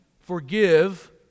forgive